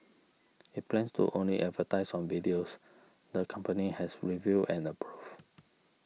it plans to only advertise on videos the company has reviewed and approved